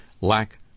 lack